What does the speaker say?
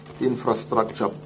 infrastructure